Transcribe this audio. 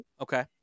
Okay